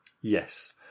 Yes